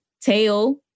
tail